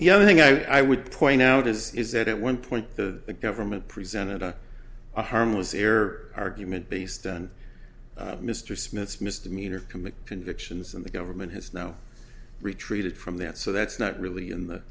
the only thing i would point out is is that at one point the government presented a harmless error argument based on mr smith's misdemeanor commit convictions and the government has now retreated from that so that's not really in th